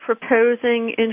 proposing